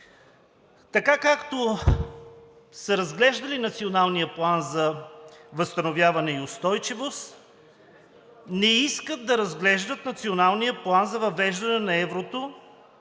така както са разглеждали Националния план за възстановяване и устойчивост, не искат да разглеждат Националния план за въвеждане на еврото,